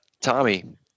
Tommy